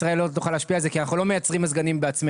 ישראל לא תוכל להשפיע על זה כי אנחנו לא מייצרים מזגנים בעצמנו.